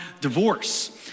divorce